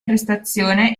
prestazione